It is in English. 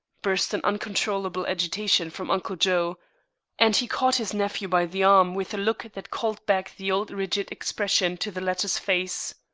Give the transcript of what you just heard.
burst in uncontrollable agitation from uncle joe and he caught his nephew by the arm with a look that called back the old rigid expression to the latter's face.